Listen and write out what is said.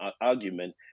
argument